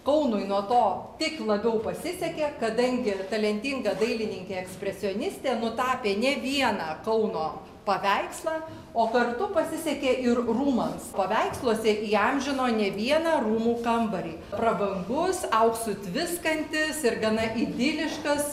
kaunui nuo to tik labiau pasisekė kadangi talentinga dailininkė ekspresionistė nutapė ne vieną kauno paveikslą o kartu pasisekė ir rūmams paveiksluose įamžino ne vieną rūmų kambarį prabangus auksu tviskantis ir gana idiliškas